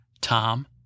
Tom